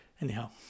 Anyhow